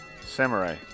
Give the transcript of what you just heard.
samurai